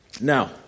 Now